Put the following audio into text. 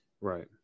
Right